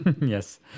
Yes